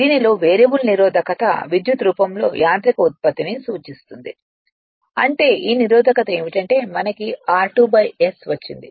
దీనిలో వేరియబుల్ నిరోధకత విద్యుత్ రూపంలో యాంత్రిక ఉత్పత్తిని సూచిస్తుంది అంటే ఈ నిరోధకత ఏమిటంటే మనకి r2 ' s వచ్చింది